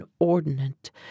inordinate